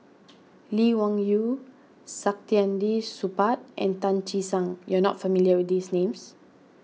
Lee Wung Yew Saktiandi Supaat and Tan Che Sang you are not familiar with these names